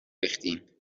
ریختین